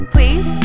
Please